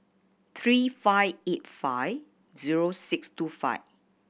three five eight five zero six two five